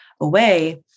away